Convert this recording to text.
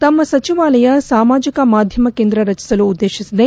ತಮ್ನ ಸಚಿವಾಲಯ ಸಾಮಾಜಿಕ ಮಾಧ್ಯಮ ಕೇಂದ್ರ ರಚಿಸಲು ಉದ್ದೇಶಿಸಿದೆ